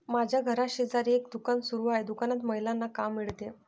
माझ्या घराशेजारी एक दुकान सुरू आहे दुकानात महिलांना काम मिळते